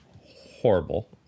horrible